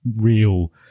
real